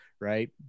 right